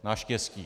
Naštěstí.